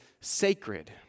sacred